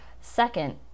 Second